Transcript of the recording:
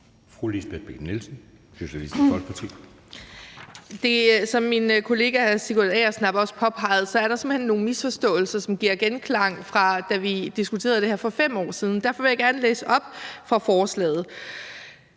Lisbeth Bech-Nielsen (SF): Som min kollega hr. Sigurd Agersnap også påpegede, er der simpelt hen nogle misforståelser, som vækker minder, fra da vi diskuterede det her for 5 år siden. Derfor vil jeg gerne læse op fra forslaget: